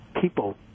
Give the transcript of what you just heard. people